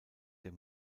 der